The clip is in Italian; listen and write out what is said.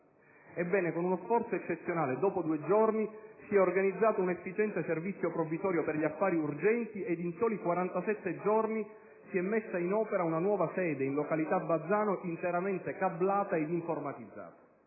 Ebbene, con uno sforzo eccezionale, dopo due giorni si è organizzato un efficiente servizio provvisorio per gli affari urgenti ed in soli 47 giorni si è messa in opera una nuova sede (in località Bazzano), interamente cablata ed informatizzata.